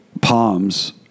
palms